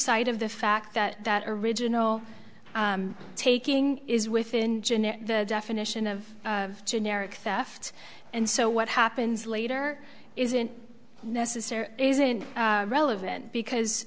sight of the fact that that original taking is within jeanette the definition of generic theft and so what happens later isn't necessary isn't relevant because